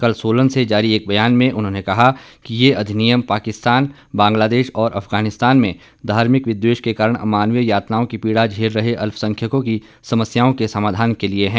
कल सोलन से जारी एक बयान में उन्होंने कहा कि यह अधिनियम बांग्लादेश पाकिस्तान और अफगानिस्तान में धार्मिक विद्वेष के कारण अमानवीय यातनाओं की पीड़ा झेल रहे अल्पसंख्यकों की समस्याओं के समाधान के लिए है